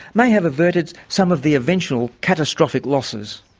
may have averted some of the eventual catastrophic losses.